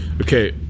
Okay